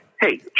Hey